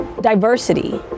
diversity